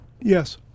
Yes